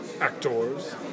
Actors